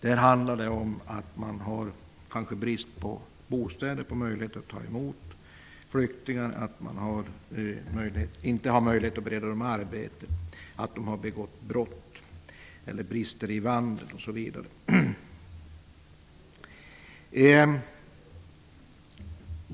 Där handlar det om brist på bostäder, på möjligheter att ta emot flyktingar och att bereda dem arbete, om att de har begått brott, att det är brister i vandel osv.